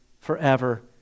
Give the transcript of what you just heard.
forever